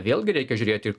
vėlgi reikia žiūrėti